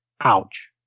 Ouch